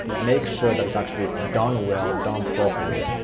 make sure that it's actually done well, done properly,